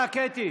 תודה, קטי.